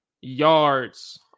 yards